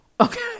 Okay